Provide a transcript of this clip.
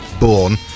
Born